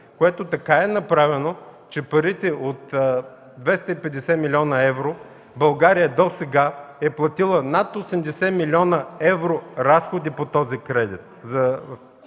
което е направено така, че парите от 250 млн. евро – България досега е платила над 80 млн. евро разходи по този кредит,